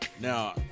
Now